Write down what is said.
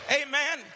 amen